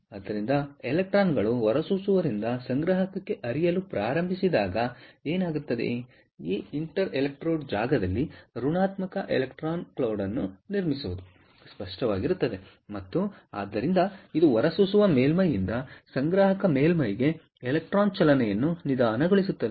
ಆದ್ದರಿಂದ ಎಲೆಕ್ಟ್ರಾನ್ ಗಳು ಹೊರಸೂಸುವವರಿಂದ ಸಂಗ್ರಾಹಕಕ್ಕೆ ಹರಿಯಲು ಪ್ರಾರಂಭಿಸಿದಾಗ ಏನಾಗುತ್ತದೆ ಈ ಇಂಟರ್ ಎಲೆಕ್ಟ್ರೋಡ್ ಜಾಗದಲ್ಲಿ ಋಣಾತ್ಮಕ ಎಲೆಕ್ಟ್ರಾನ್ ಕ್ಲೌಡ್ವನ್ನು ನಿರ್ಮಿಸುವುದು ಸ್ಪಷ್ಟವಾಗಿರುತ್ತದೆ ಮತ್ತು ಆದ್ದರಿಂದ ಇದು ಹೊರಸೂಸುವ ಮೇಲ್ಮೈಯಿಂದ ಸಂಗ್ರಾಹಕ ಮೇಲ್ಮೈಗೆ ಎಲೆಕ್ಟ್ರಾನ್ ನ ಚಲನೆಯನ್ನು ನಿಧಾನಗೊಳಿಸುತ್ತದೆ